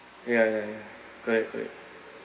ya ya ya correct correct